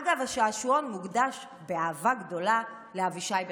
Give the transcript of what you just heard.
אגב, השעשועון מוקדש באהבה גדולה לאבישי בן-חיים.